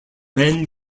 when